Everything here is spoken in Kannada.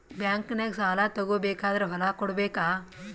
ಬ್ಯಾಂಕ್ನಾಗ ಸಾಲ ತಗೋ ಬೇಕಾದ್ರ್ ಹೊಲ ಕೊಡಬೇಕಾ?